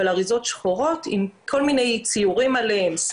אבל אריזות שחורות עם כל מיני ציורים עליהם,